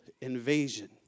invasion